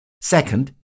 Second